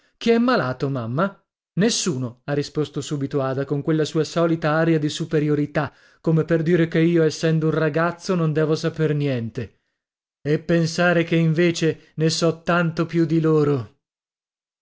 chi è malato mamma nessuno ha risposto subito ada con quella sua solita aria di superiorità come per dire che io essendo un ragazzo non devo saper niente e pensare che invece ne so tanto più di loro